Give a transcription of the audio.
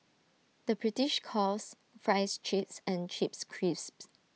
the British calls Fries Chips and Chips Crisps